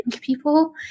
people